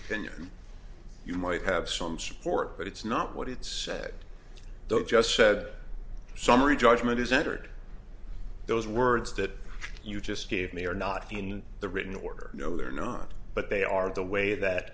opinion you might have some support but it's not what it said though just said summary judgment is entered those words that you just gave me are not in the written order no they're not but they are the way that